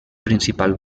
principal